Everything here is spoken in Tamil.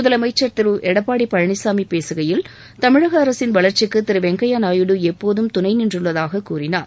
முதலமைச்சர் திரு எடப்பாடி பழனிசாமி பேசுகையில் தமிழக அரசின் வளர்ச்சிக்கு திரு வெங்கய்யா நாயுடு எப்போதும் துணை நின்றுள்ளதாக கூறினார்